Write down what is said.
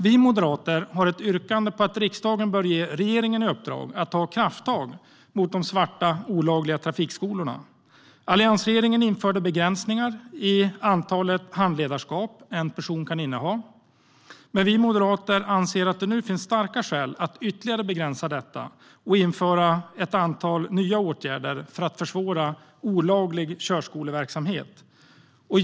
Vi moderater yrkar att riksdagen bör ge regeringen i uppdrag att ta krafttag mot de svarta olagliga trafikskolorna. Alliansregeringen införde begränsningar i antalet handledarskap som en person kan inneha. Vi moderater anser nu att det finns starka skäl att ytterligare begränsa detta och vidta ett antal nya åtgärder för att försvåra olaglig körskoleverksamhet.